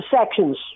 sections